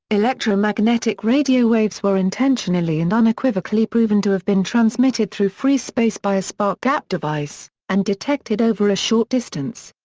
electromagnetic radio waves were intentionally and unequivocally proven to have been transmitted through free space by a spark-gap device, and detected over a short distance.